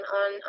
on